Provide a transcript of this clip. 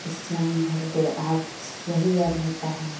اسلام بھر دے اور یہی یر ہوتا ہے